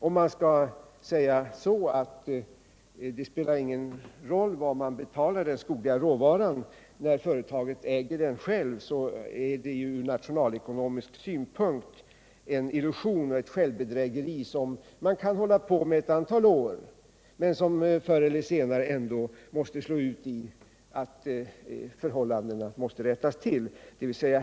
Om vi säger att det inte spelar någon roll vad man betalar för den skogliga råvaran i det fall företaget äger den själv, rör det sig från nationalekonomisk synpunkt om en illusion och ett självbedrägeri som man kan hålla på med ett antal år. Men förr eller senare måste förhållandena rättas till.